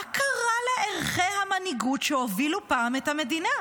מה קרה לערכי המנהיגות שהובילו פעם את המדינה?